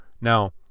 Now